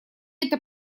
эта